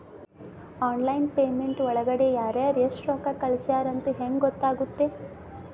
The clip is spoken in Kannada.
ಆನ್ಲೈನ್ ಪೇಮೆಂಟ್ ಒಳಗಡೆ ಯಾರ್ಯಾರು ಎಷ್ಟು ರೊಕ್ಕ ಕಳಿಸ್ಯಾರ ಅಂತ ಹೆಂಗ್ ಗೊತ್ತಾಗುತ್ತೆ?